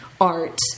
art